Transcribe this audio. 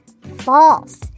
False